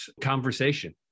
conversation